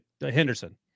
Henderson